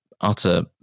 utter